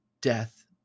death